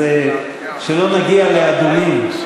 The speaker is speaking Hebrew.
שלא נגיע לאדומים.